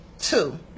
Two